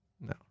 No